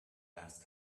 last